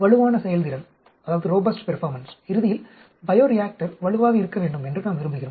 வலுவான செயல்திறன் இறுதியில் பையோரியாக்டர் வலுவாக இருக்க வேண்டும் என்று நாம் விரும்புகிறோம்